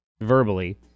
verbally